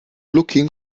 looking